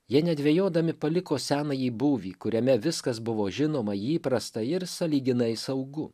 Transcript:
jie nedvejodami paliko senąjį būvį kuriame viskas buvo žinoma įprasta ir sąlyginai saugu